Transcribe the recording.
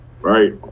right